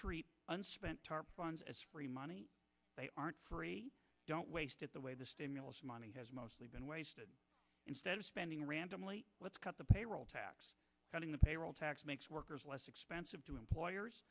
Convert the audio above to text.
funds as free money they aren't don't waste it the way the stimulus money has mostly been wasted instead of spending randomly let's cut the payroll tax cutting the payroll tax makes workers less expensive to employers